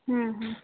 ହୁଁ ହୁଁ